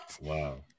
Wow